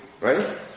right